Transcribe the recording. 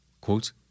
Quote